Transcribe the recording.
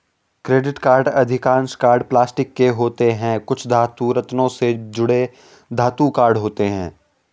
credit card अधिकांश card plastic के होते हैं, कुछ धातु, रत्नों से जड़े धातु कार्ड होते हैं